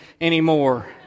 anymore